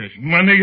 Money